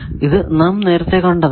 ഇത് നാം നേരത്തെ കണ്ടതാണ്